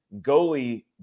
goalie